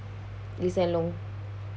Lee-Hsien-Loong